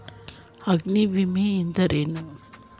ಅಗ್ನಿವಿಮೆ ಎಂದರೇನು?